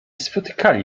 spotykali